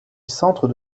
centre